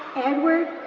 edward